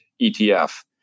ETF